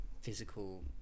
physical